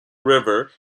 river